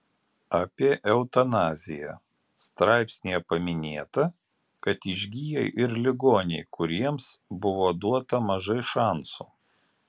apie eutanaziją straipsnyje paminėta kad išgyja ir ligoniai kuriems buvo duota mažai šansų